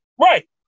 Right